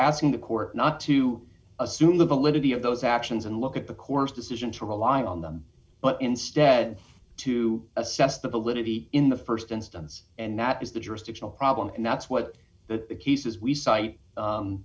asking the court not to assume the validity of those actions and look at the course decision to rely on them but instead to assess the validity in the st instance and that is the jurisdictional problem and that's what the cases we cite